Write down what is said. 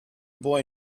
boy